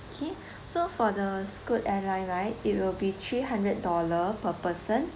okay so for the scoot airline right it will be three hundred dollar per person